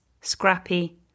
scrappy